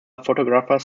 photographers